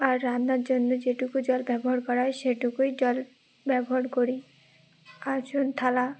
আর রান্নার জন্য যেটুকু জল ব্যবহার করা হয় সেটুকুই জল ব্যবহার করি থালা